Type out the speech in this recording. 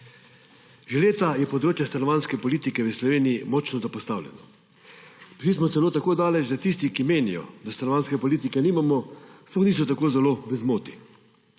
Že leta je področje stanovanjske politike v Sloveniji močno zapostavljeno. Prišli smo celo tako daleč, da tisti, ki menijo, da stanovanjske politike nimamo, sploh niso tako zelo v zmoti.